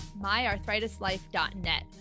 myarthritislife.net